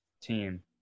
team